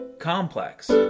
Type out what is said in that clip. complex